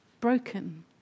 broken